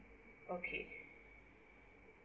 okay